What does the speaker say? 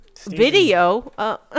Video